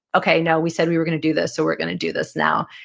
okay, no, we said we were going to do this, so we're going to do this now.